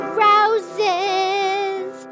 roses